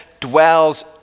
dwells